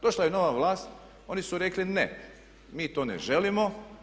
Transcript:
Došla je nova vlast, oni su rekli ne, mi to ne želimo.